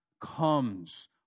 comes